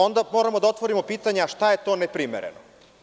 Onda moramo da otvorimo pitanje, a šta je to neprimereno.